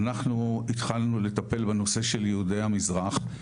אנחנו התחלנו לטפל בנושא של יהודי המזרח,